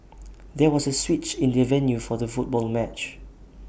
there was A switch in the venue for the football match